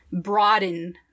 broaden